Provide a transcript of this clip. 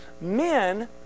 Men